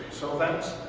so thanks.